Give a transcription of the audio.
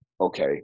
Okay